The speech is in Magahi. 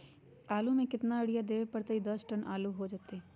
आलु म केतना यूरिया परतई की दस टन आलु होतई?